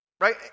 Right